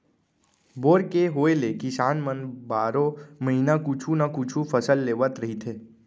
bore के होए ले किसान मन बारो महिना कुछु न कुछु फसल लेवत रहिथे